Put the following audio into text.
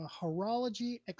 Horology